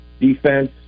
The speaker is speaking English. defense